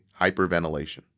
hyperventilation